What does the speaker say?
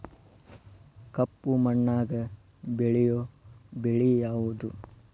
ಕಪ್ಪು ಮಣ್ಣಾಗ ಬೆಳೆಯೋ ಬೆಳಿ ಯಾವುದು?